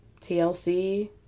TLC